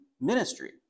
ministry